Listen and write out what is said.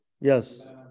Yes